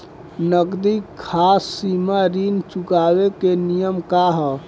नगदी साख सीमा ऋण चुकावे के नियम का ह?